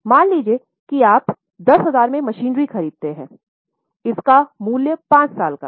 मान लीजिए कि आप 10000 में मशीनरी खरीदते हैं इसका मूल्य 5 साल का है